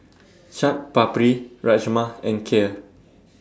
Chaat Papri Rajma and Kheer